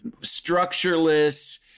structureless